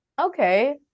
okay